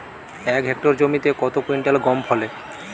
এক হেক্টর জমিতে কত কুইন্টাল গম ফলে?